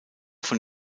von